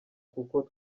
kuko